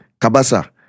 Kabasa